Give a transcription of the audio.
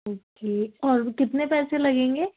okay اور کتنے پیسے لگیں گے